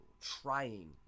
trying